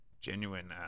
genuine